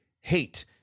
hate